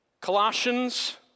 Colossians